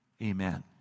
Amen